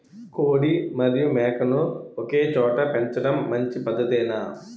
కోడి మరియు మేక ను ఒకేచోట పెంచడం మంచి పద్ధతేనా?